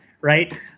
right